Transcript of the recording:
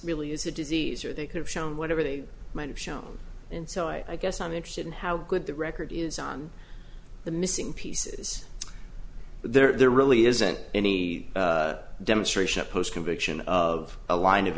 really is a disease or they could have shown whatever they might have shown and so i guess i'm interested in how good the record is on the missing pieces but there really isn't any demonstration post conviction of a line of